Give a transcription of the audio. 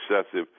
excessive